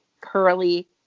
curly